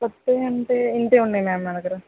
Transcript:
కొత్తవి అంటే ఇంతే ఉన్నాయి మ్యామ్ మా దగ్గర